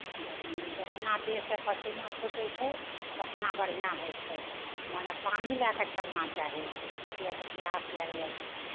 गरमीमे जितना देहसँ पसीना छूटै छै उतना बढ़िआँ होइ छै मने पानि लए कऽ चलना चाही किएक तऽ पियास लागि जाइ छै